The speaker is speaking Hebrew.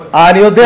אני יודע.